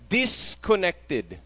disconnected